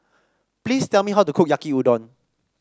please tell me how to cook Yaki Udon